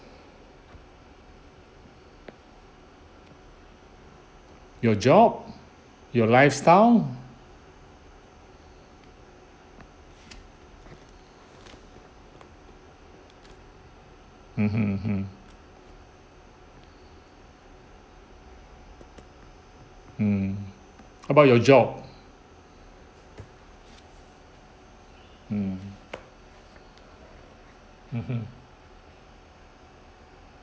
your job your lifestyle mmhmm mmhmm mm about your job mm mmhmm